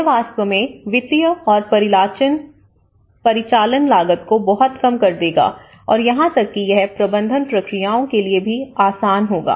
यह वास्तव में वित्तीय और परिचालन लागत को बहुत कम कर देगा और यहां तक कि यह प्रबंधन प्रक्रियाओं के लिए भी आसान होगा